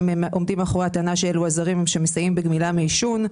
עומדות מאחורי הטענה שאלו עזרים שמסייעים בגמילה מעישון.